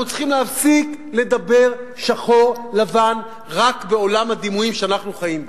אנחנו צריכים להפסיק לדבר שחור לבן רק בעולם הדימויים שאנחנו חיים בו.